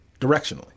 directionally